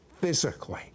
physically